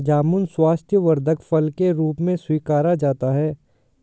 जामुन स्वास्थ्यवर्धक फल के रूप में स्वीकारा जाता है